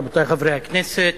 רבותי חברי הכנסת,